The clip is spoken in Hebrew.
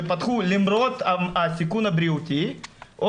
שפתחו למרות הסיכון הבריאותי,